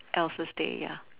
else's day ya